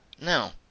No